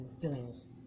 feelings